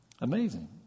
amazing